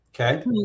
Okay